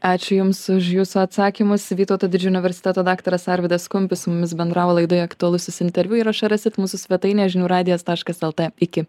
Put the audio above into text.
ačiū jums už jūsų atsakymus vytauto didžiojo universiteto daktaras arvydas kumpis su mumis bendravo laidoje aktualusis interviu įrašą rasit mūsų svetainėj žinių radijas taškas lt iki